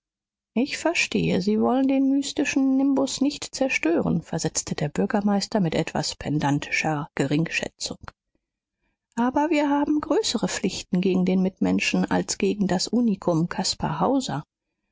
ich verstehe sie wollen den mystischen nimbus nicht zerstören versetzte der bürgermeister mit etwas pedantischer geringschätzung aber wir haben größere pflichten gegen den mitmenschen als gegen das unikum